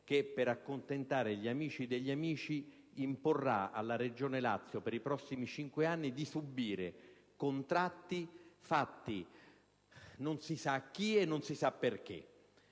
che per accontentare gli amici degli amici imporrà alla Regione Lazio per i prossimi cinque anni di subire contratti fatti non si sa a chi e non si sa perché.